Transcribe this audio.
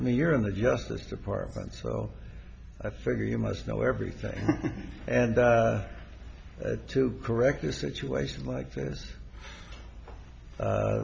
i mean you're in the justice department so i figure you must know everything and to correct a situation like th